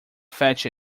fetch